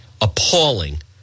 appalling